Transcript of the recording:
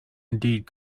indeed